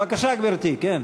בבקשה, גברתי, כן.